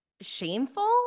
shameful